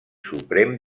suprem